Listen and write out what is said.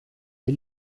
der